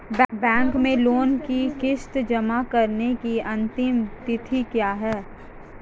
Bank में loan की किश्त जमा कराने की अंतिम तिथि क्या है?